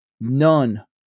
None